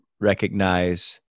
recognize